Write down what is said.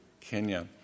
Kenya